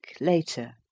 later